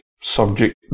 subject